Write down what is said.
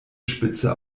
spitze